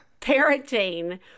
parenting